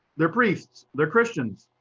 they're priests, they're christians.